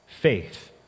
faith